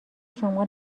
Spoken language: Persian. شما